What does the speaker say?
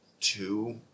two